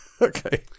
Okay